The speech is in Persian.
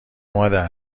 مادر